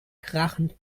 krachend